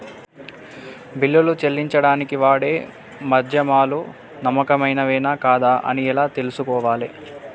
బిల్లులు చెల్లించడానికి వాడే మాధ్యమాలు నమ్మకమైనవేనా కాదా అని ఎలా తెలుసుకోవాలే?